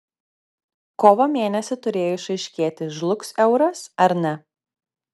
kovo mėnesį turėjo išaiškėti žlugs euras ar ne